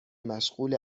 مشغول